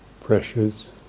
pressures